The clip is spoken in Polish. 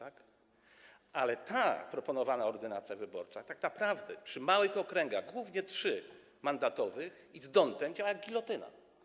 A ta proponowana ordynacja wyborcza tak naprawdę przy małych okręgach, głównie 3-mandatowych, i z d’Hondtem działa jak gilotyna.